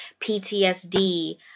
PTSD